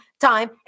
time